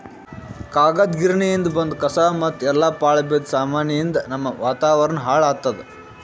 ಕಾಗದ್ ಗಿರಣಿಯಿಂದ್ ಬಂದ್ ಕಸಾ ಮತ್ತ್ ಎಲ್ಲಾ ಪಾಳ್ ಬಿದ್ದ ಸಾಮಾನಿಯಿಂದ್ ನಮ್ಮ್ ವಾತಾವರಣ್ ಹಾಳ್ ಆತ್ತದ